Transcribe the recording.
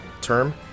term